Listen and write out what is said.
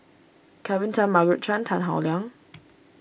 Kelvin Tan Margaret Chan Tan Howe Liang